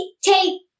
take